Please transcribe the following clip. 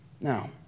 Now